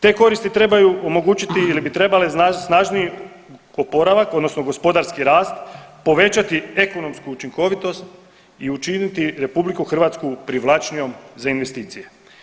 Te koristi trebaju omogućiti ili bi trebale snažniji oporavak odnosno gospodarski rast, povećati ekonomsku učinkovitost i učiniti Republiku Hrvatsku privlačnijom za investicije.